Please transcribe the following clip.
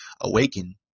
awaken